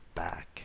back